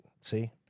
see